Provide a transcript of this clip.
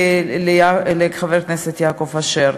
לחבר הכנסת יעקב אשר,